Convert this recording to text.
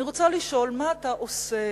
אני רוצה לשאול מה אתה עושה